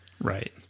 Right